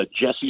Jesse